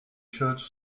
church